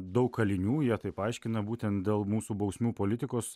daug kalinių jie taip aiškina būtent dėl mūsų bausmių politikos